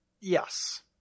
Yes